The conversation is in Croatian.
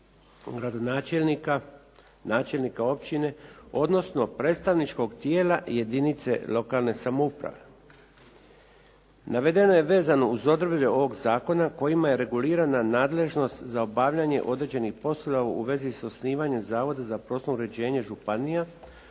načelnika općine, odnosno predstavničkog tijela jedinice lokalne samouprave. Navedeno je vezano uz odredbe ovoga zakona kojima je regulirana nadležnost za obavljanje određenih poslova u vezi sa osnivanjem Zavoda za prostorno uređenje županija,